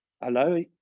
hello